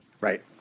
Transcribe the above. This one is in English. Right